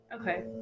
Okay